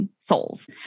souls